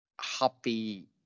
happy